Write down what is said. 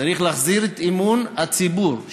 צריך להחזיר את אמון הציבור,